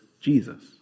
Jesus